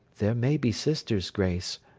there may be sisters, grace,